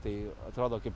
tai atrodo kaip